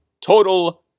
total